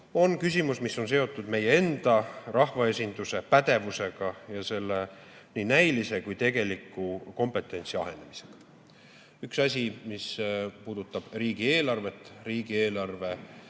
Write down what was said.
on küsimus, mis on seotud meie enda, rahvaesinduse pädevusega ja selle nii näilise kui tegeliku kompetentsi ahenemisega. Üks asi, mis puudutab riigieelarvet, riigieelarve